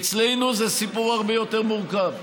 אצלנו זה סיפור הרבה יותר מורכב,